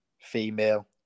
female